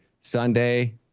Sunday